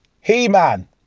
He-Man